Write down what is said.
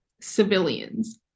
civilians